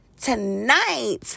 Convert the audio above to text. Tonight